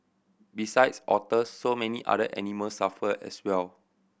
besides otters so many other animals suffer as well